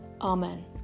Amen